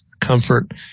comfort